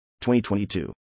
2022